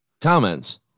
comments